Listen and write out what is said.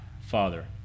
Father